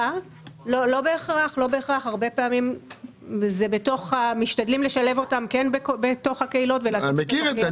הרבה פעמים משתדלים לשלב אותם בתוך הקהילות אני מכיר את זה.